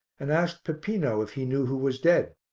and asked peppino if he knew who was dead.